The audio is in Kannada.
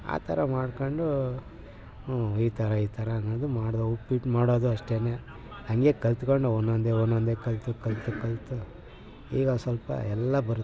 ಆ ಥರ ಮಾಡ್ಕೊಂಡು ಹ್ಞೂ ಈ ಥರ ಈ ಥರ ಅನ್ನೋದು ಮಾಡಿದ ಉಪ್ಪಿಟ್ಟು ಮಾಡೋದು ಅಷ್ಟೆಯೇ ಹಾಗೇ ಕಲಿತ್ಕೊಂಡೊ ಒಂದೊಂದೇ ಒಂದೊಂದೇ ಕಲಿತು ಕಲಿತು ಕಲಿತು ಈಗ ಸ್ವಲ್ಪ ಎಲ್ಲ ಬರುತ್ತೆ